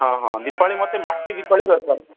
ହଁ ହଁ ଦିପାଳୀ ମୋତେ ମାଟି ଦିପାଳୀ ଦରକାର